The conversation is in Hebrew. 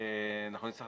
אנחנו נצטרך